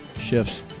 shifts